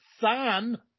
son